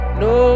no